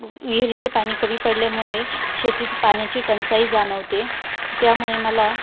विहिरीचे पाणी कमी पडल्यामुळे शेतीत पाण्याची टंचाई जाणवते त्यामुळे मला